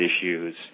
issues